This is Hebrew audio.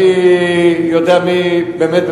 אני יודע באמת,